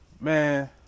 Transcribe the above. man